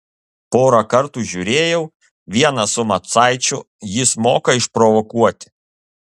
porą kartų žiūrėjau vieną su macaičiu jis moka išprovokuoti